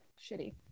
shitty